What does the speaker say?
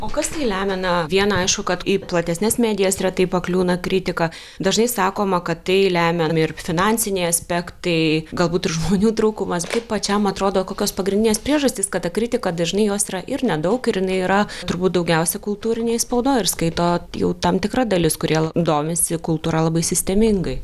o kas tai lemia na viena aišku kad į platesnes medijas retai pakliūna kritika dažnai sakoma kad tai lemia ir finansiniai aspektai galbūt ir žmonių trūkumas kaip pačiam atrodo kokios pagrindinės priežastys kad ta kritika dažnai jos yra ir nedaug ir jinai yra turbūt daugiausia kultūrinėj spaudoj ir skaito jau tam tikra dalis kurie domisi kultūra labai sistemingai